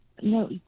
No